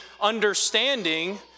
understanding